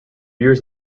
years